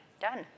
done